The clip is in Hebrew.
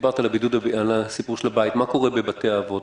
דיברת על הסיפור של הבית, מה קורה בבתי האבות?